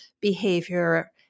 behavior